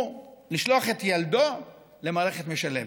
הוא לשלוח את ילדו למערכת משלבת.